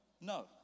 No